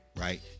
right